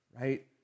right